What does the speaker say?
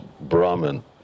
brahmin